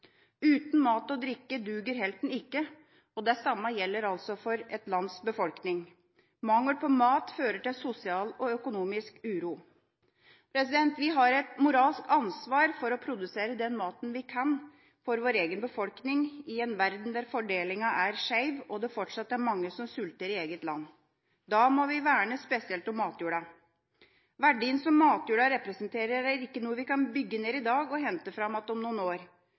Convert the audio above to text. Uten mat og drikke duger helten ikke, og det samme gjelder altså for et lands befolkning. Mangel på mat fører til sosial og økonomisk uro. Vi har et moralsk ansvar for å produsere den maten vi kan for vår egen befolkning i en verden der fordelingen er skjev, og det fortsatt er mange som sulter i eget land. Da må vi verne spesielt om matjorda. Verdien som matjorda representerer, er ikke noe vi kan bygge ned i dag og hente fram igjen om noen år.